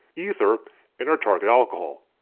ether and our target alcohol.